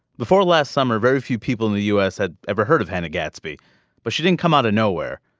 before last summer very few people in the u s. had ever heard of hannah gatsby but she didn't come out of nowhere.